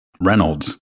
Reynolds